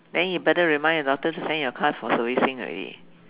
then you better remind your daughter to send your car for servicing already